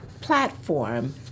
platform